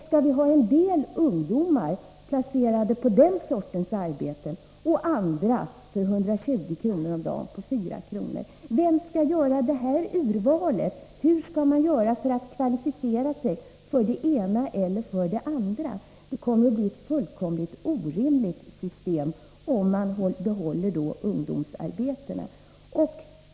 Skall vi placera en del ungdomar på den sortens arbeten och andra på arbeten som ger 120 kr. om dagen på fyra timmars arbete? Vem skall göra urvalet? Hur skall man göra för att kvalificera sig för det ena eller det andra arbetet? Det kommer att bli ett fullständigt orimligt system, om man behåller ungdomsarbeten.